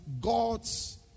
God's